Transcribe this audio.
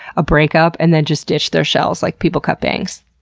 a breakup and then just ditch their shells like people cut bangs.